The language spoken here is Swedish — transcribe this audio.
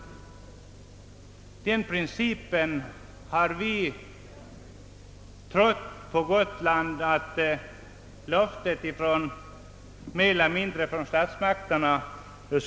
Den principen har vi på Gotland trott att man skulle genomföra i enlighet med löfte från statsmakterna.